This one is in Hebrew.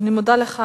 אני מודה לך,